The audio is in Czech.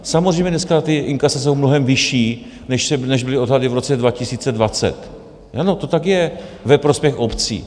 Samozřejmě dneska ta inkasa jsou mnohem vyšší, než byly odhady v roce 2020 ano, to tak je ve prospěch obcí.